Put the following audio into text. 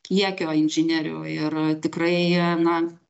kiekio inžinierių ir tikrai jie na